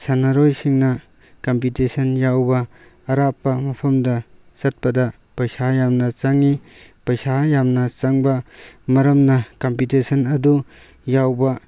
ꯁꯥꯟꯅꯔꯣꯏꯁꯤꯡꯅ ꯀꯝꯄꯤꯇꯤꯁꯟ ꯌꯥꯎꯕ ꯑꯔꯥꯞꯄ ꯃꯐꯝꯗ ꯆꯠꯄꯗ ꯄꯩꯁꯥ ꯌꯥꯝꯅ ꯆꯪꯏ ꯄꯩꯁꯥ ꯌꯥꯝꯅ ꯆꯪꯕ ꯃꯔꯝꯅ ꯀꯝꯄꯤꯇꯤꯁꯟ ꯑꯗꯨ ꯌꯥꯎꯕ